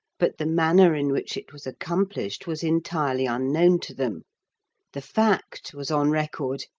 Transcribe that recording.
but the manner in which it was accomplished was entirely unknown to them the fact was on record,